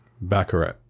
Baccarat